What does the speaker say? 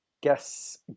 Guess